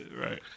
Right